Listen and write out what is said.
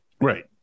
right